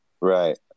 Right